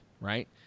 right